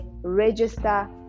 register